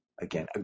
Again